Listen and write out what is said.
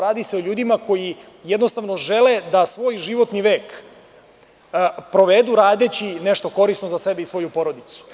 Radi se o ljudima koji jednostavno žele da svoj životni vek provedu radeći nešto korisno za sebe i svoju porodicu.